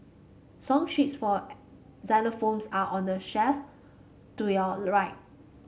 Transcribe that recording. song sheets for xylophones are on the shelf to your right